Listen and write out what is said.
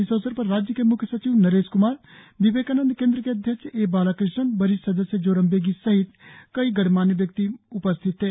इस अवसर पर राज्य के म्ख्यसचिव नरेश क्मार विवेकानंद केंद्र के अध्यक्ष एबालकृष्णन वरिष्ठ सदस्य जोरम बेगी सहित कई गणमान्य व्यक्ति उपस्थित थे